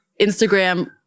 Instagram